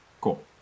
Cool